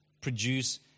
produce